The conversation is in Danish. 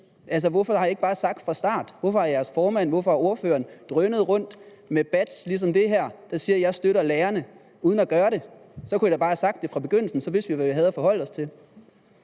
Altså, hvorfor har man ikke bare sagt det fra start? Hvorfor har Dansk Folkepartis formand og ordføreren drønet rundt med et batch ligesom det her, der siger: »Jeg støtter lærerne«, uden at gøre det? Så kunne man da bare have sagt det fra begyndelsen; så vidste vi, hvad vi havde at forholde os til.